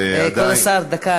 ועדיין, כבוד השר, דקה.